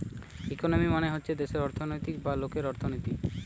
economy মানে হচ্ছে দেশের অর্থনৈতিক বা লোকের অর্থনীতি